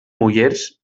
mullers